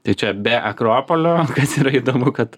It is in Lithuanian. tai čia be akropolio kas yra įdomu kad